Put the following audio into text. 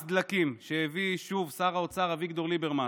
מס דלקים שהביא שוב שר האוצר אביגדור ליברמס,